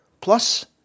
plus